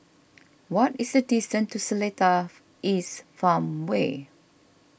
what is the distance to Seletar East Farmway